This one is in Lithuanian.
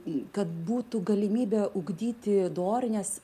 kad būtų galimybė ugdyti dorines